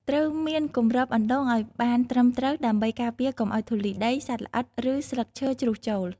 ត្រូវមានគម្របអណ្ដូងឲ្យបានត្រឹមត្រូវដើម្បីការពារកុំឲ្យធូលីដី សត្វល្អិត ឬស្លឹកឈើជ្រុះចូល។